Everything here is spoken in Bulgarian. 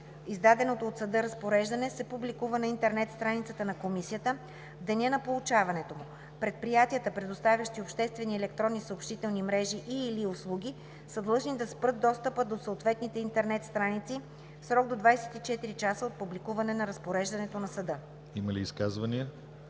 Издаденото от съда разпореждане се публикува на интернет страницата на комисията в деня на получаването му. Предприятията, предоставящи обществени електронни съобщителни мрежи и/или услуги, са длъжни да спрат достъпа до съответните интернет страници в срок до 24 часа от публикуване на разпореждането на съда.“ ПРЕДСЕДАТЕЛ